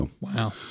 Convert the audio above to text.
Wow